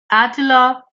attila